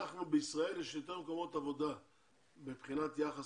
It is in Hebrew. בישראל יש יותר מקומות עבודה מבחינת יחס